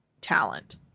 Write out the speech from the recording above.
talent